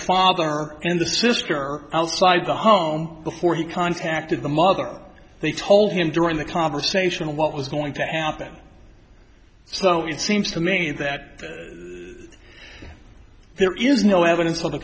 father and the sister outside the home before he contacted the mother they told him during the conversation what was going to happen so it seems to me that there is no evidence